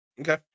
Okay